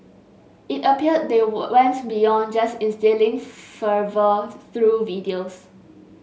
it appears they went beyond just instilling fervour through videos